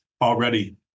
already